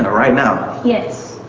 ah right now? yes.